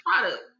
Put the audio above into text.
product